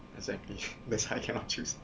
exactly that's why I cannot choose